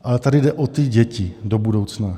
Ale tady jde o ty děti do budoucna.